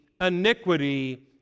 iniquity